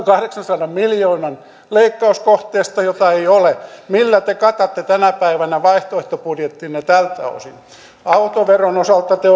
kahdeksansadan miljoonan leikkauskohteesta jota ei ole millä te katatte tänä päivänä vaihtoehtobudjettinne tältä osin autoveron osalta te